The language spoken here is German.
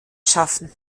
schaffen